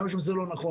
אני חושב שזה לא נכון.